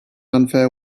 unfair